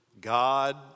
God